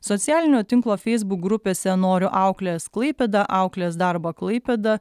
socialinio tinklo feisbuk grupėse noriu auklės klaipėda auklės darbą klaipėda